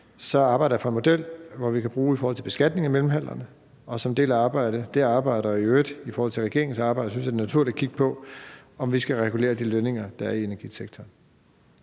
arbejder vi på en model, som vi kan bruge i forhold til beskatning af mellemhandlerne, og som en del af det arbejde og i øvrigt i forhold til regeringens arbejde synes jeg det er naturligt at kigge på, om vi skal regulere de lønninger, der er i energisektoren.